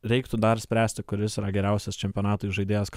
reiktų dar spręsti kuris yra geriausias čempionatui žaidėjas